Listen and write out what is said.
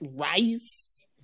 rice